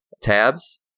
tabs